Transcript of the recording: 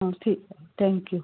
ठीक आहे thank you